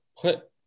put